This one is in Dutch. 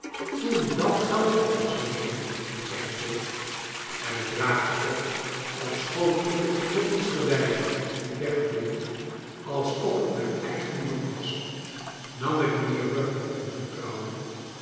toen dat geld op was mijnheer ging pancks voort en het raakte op ofschoon ik het druppelsgewijze liet wegvloeien als of het mijn eigen bloed was nam ik mijnheer pugg in vertrouwen